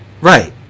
right